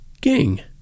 king